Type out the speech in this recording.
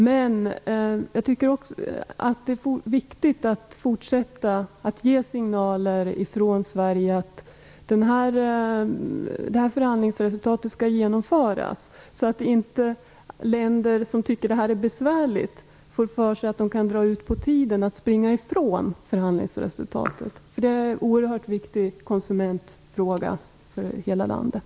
Det är viktigt att fortsätta ge signaler från Sverige om att detta förhandlingsresultat skall genomföras, så att inte länder som tycker att detta är besvärligt får för sig att de kan dra ut på tiden och springa ifrån förhandlingsresultatet. Det är en oerhört viktig konsumentfråga för hela landet.